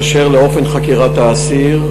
באשר לאופן חקירת האסיר,